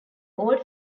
old